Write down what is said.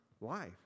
life